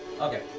Okay